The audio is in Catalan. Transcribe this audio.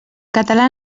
català